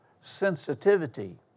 sensitivity